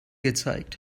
gezeigt